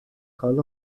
کال